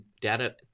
data